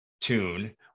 tune